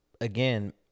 again